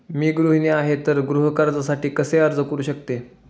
मी गृहिणी आहे तर गृह कर्जासाठी कसे अर्ज करू शकते?